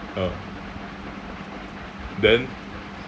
ah then